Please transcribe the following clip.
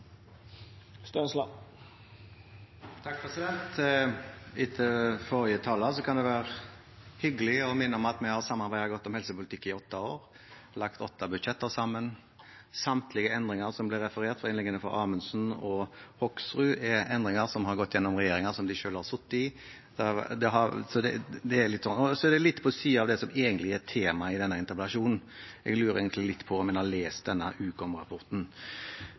har samarbeidet godt om helsepolitikk i åtte år og laget åtte budsjetter sammen. Samtlige endringer som ble referert i innleggene fra Amundsen og Hoksrud, er endringer som har gått gjennom regjeringen som de selv har sittet i. Det er også litt på siden av det som egentlig er temaet i denne interpellasjonen, og jeg lurer litt på om man har lest